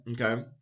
okay